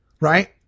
right